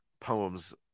poems